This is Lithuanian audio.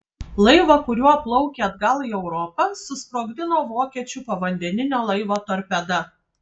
laivą kuriuo plaukė atgal į europą susprogdino vokiečių povandeninio laivo torpeda